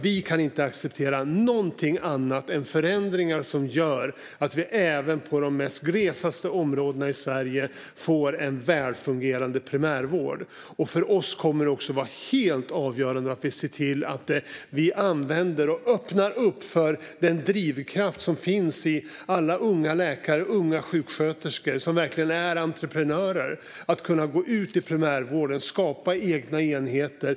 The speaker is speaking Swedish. Vi kan inte acceptera någonting annat än förändringar som gör att vi även i de mest glesbebyggda områdena i Sverige får en välfungerande primärvård. För oss kommer det också att vara helt avgörande att vi använder och öppnar upp för den drivkraft som finns i alla unga läkare och sjuksköterskor som verkligen är entreprenörer att gå ut i primärvården och skapa egna enheter.